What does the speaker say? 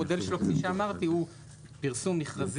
המודל שלו כפי שאמרתי הוא פרסום מכרזים